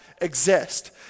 exist